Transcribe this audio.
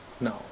No